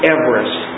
Everest